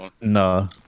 No